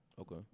Okay